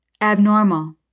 abnormal